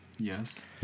Yes